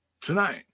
tonight